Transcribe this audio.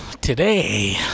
today